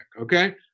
okay